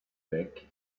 back